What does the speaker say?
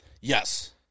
Yes